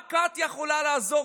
רק את יכולה לעזור,